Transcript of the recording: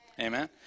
Amen